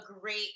great